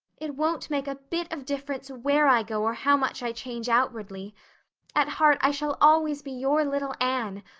it won't make a bit of difference where i go or how much i change outwardly at heart i shall always be your little anne,